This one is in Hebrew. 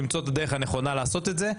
למצוא את הדרך הנכונה לעשות את זה.